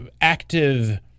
active